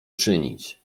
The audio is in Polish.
czynić